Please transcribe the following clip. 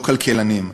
לא כלכלנים.